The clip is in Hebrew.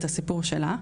את הסיפור שלה.